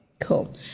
Cool